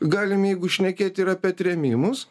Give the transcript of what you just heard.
galim jeigu šnekėti ir apie trėmimus